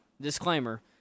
disclaimer